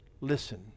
listen